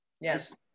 Yes